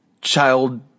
child